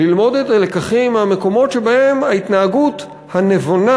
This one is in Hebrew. ללמוד את הלקחים ממקומות שבהם ההתנהגות הנבונה